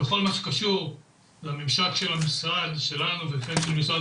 בכל מה שקשור לממשק שלנו במשרד